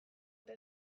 edo